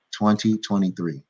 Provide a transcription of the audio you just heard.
2023